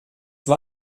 war